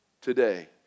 today